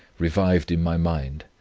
revived in my mind,